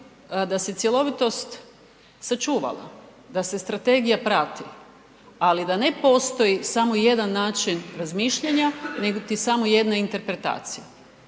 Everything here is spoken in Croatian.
da se cjelovitost sačuvala, da se strategija prati ali da ne postoji samo jedan način razmišljanja, nego ti samo jedna interpretacija.